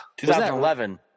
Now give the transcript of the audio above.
2011